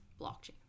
blockchain